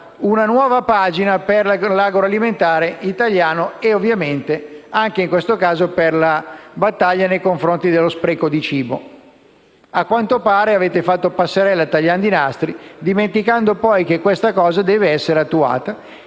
una nuova pagina per l'agroalimentare italiano e, anche in questo caso, per la battaglia nei confronti dello spreco di cibo. A quanto pare, avete fatto passerella tagliando i nastri, dimenticando che questo obiettivo deve essere attuato,